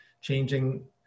changing